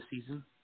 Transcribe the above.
season